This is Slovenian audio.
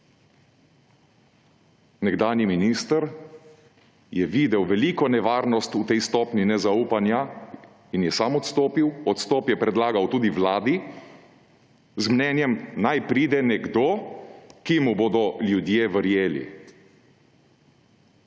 Nekdanji minister je videl veliko nevarnost v tej stopnji nezaupanja in je sam odstopil. Odstop je predlagal tudi vladi z mnenjem, naj pride nekdo, ki mu bodo ljudje verjeli.